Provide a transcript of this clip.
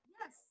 Yes